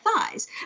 thighs